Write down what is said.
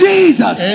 Jesus